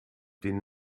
den